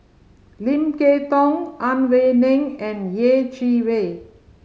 Lim Kay Tong Ang Wei Neng and Yeh Chi Wei